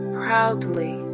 proudly